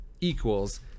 equals